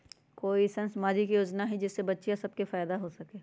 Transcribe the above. कोई अईसन सामाजिक योजना हई जे से बच्चियां सब के फायदा हो सके?